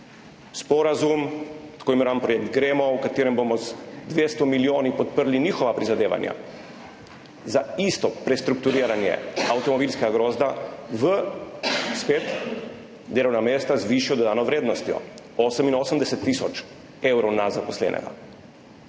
sporazum, tako imenovani projekt Gremo, v katerem bomo z 200 milijoni podprli njihova prizadevanja za isto prestrukturiranje avtomobilskega grozda v, spet, delovna mesta z višjo dodano vrednostjo, 88 tisoč evrov na zaposlenega.